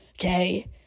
okay